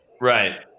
right